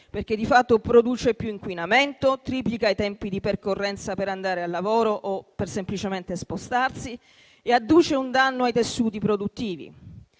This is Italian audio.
perché di fatto produce più inquinamento, triplica i tempi di percorrenza per andare al lavoro o semplicemente per spostarsi e adduce un danno ai tessuti produttivi.